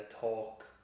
talk